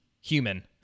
human